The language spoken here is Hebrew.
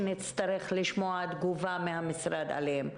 נצטרך לשמוע מהמשרד תגובה עליהן.